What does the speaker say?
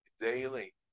daily